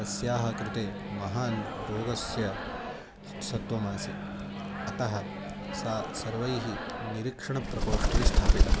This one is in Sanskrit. तस्याः कृते महान् रोगस्य सत्वमासीत् अतः सा सर्वैः निरीक्षणप्रकोष्ठे स्थापिता